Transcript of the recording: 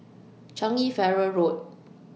Changi Ferry Road